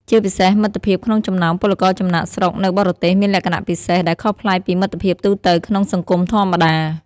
ជាពិសេសមិត្តភាពក្នុងចំណោមពលករចំណាកស្រុកនៅបរទេសមានលក្ខណៈពិសេស ដែលខុសប្លែកពីមិត្តភាពទូទៅក្នុងសង្គមធម្មតា ។